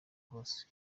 hose